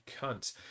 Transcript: cunt